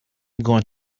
going